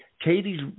Katie's